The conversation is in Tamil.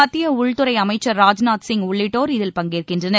மத்திய உள்துறை ராஜ்நாத் சிங் உள்ளிட்டோர் இதில் பங்கேற்கின்றனர்